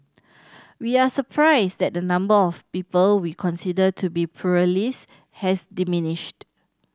we are surprised that the number of people we consider to be pluralist has diminished